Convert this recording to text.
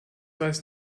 weiß